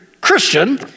Christian